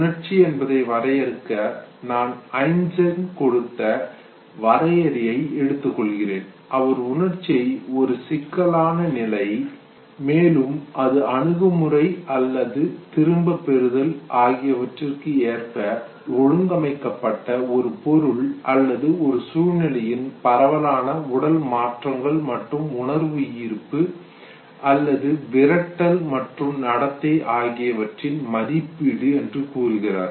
உணர்ச்சி என்பதை வரையறுக்க நான் ஐசென்க் கொடுத்த வரையறையை எடுத்துக்கொள்கிறேன் அவர் உணர்ச்சியை ஒரு சிக்கலான நிலை மேலும் அது அணுகுமுறை அல்லது திரும்பப் பெறுதல் ஆகியவற்றிற்கு ஏற்ப ஒழுங்கமைக்கப்பட்ட ஒரு பொருள் அல்லது சூழ்நிலையின் பரவலான உடல் மாற்றங்கள் மற்றும் உணர்வு ஈர்ப்பு அல்லது விரட்டல் மற்றும் நடத்தை ஆகியவற்றின் மதிப்பீடு என்று கூறுகிறார்